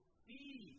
see